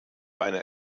eine